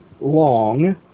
long